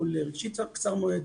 טיפול רגשי קצר-מועד,